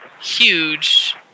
huge